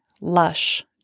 lush